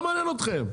זה לא מעניין אתכם.